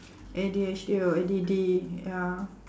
A_D_H_D or A_D_D ya